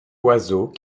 oiseau